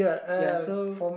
ya so